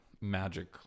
magic